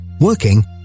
working